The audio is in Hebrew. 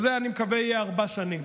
ואני מקווה שזה יהיה ארבע שנים.